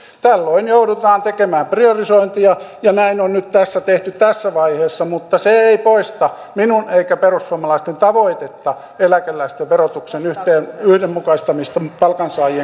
tällöin joudutaan tekemään priorisointia ja näin on nyt tässä tehty tässä vaiheessa mutta se ei poista minun eikä perussuomalaisten tavoitetta eläkeläisten verotuksen yhdenmukaistamisesta palkansaajien kanssa